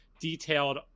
detailed